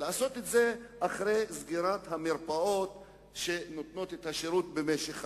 אחרי סגירת המרפאות שנותנות את השירות במשך היום.